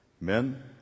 men